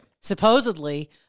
Supposedly